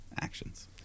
actions